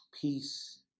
peace